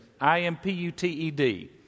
I-M-P-U-T-E-D